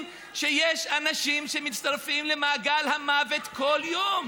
שיש אנשים שמצטרפים למעגל המוות כל יום,